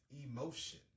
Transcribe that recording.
emotion